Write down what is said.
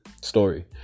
story